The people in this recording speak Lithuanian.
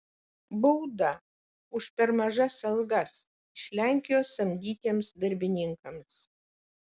bauda už per mažas algas iš lenkijos samdytiems darbininkams